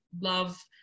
love